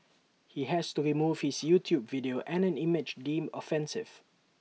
he has to remove his YouTube video and an image deemed offensive